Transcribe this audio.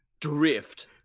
drift